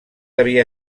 havia